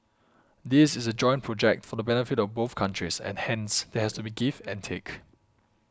this is a joint project for the benefit of both countries and hence there has to be give and take